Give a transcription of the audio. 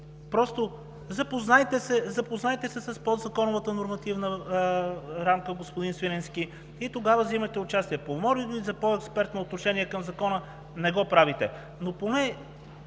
Запознайте се с подзаконовата нормативна рамка, господин Свиленски, и тогава взимайте участие. Помолих Ви за по-експертно отношение към Закона – не го правите.